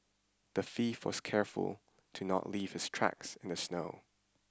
the thief was careful to not leave his tracks in the snow